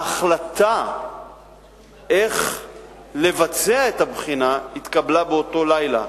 ההחלטה איך לבצע את הבחינה התקבלה באותו לילה,